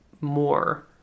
more